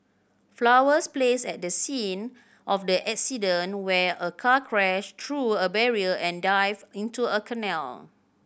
flowers placed at the scene of the accident where a car crashed through a barrier and dived into a canal